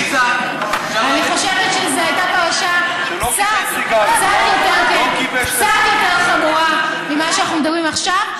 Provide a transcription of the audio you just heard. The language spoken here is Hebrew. אני חושבת שזו הייתה פרשה קצת יותר חמורה ממה שאנחנו מדברים עליו עכשיו,